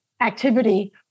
activity